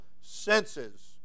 senses